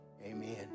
amen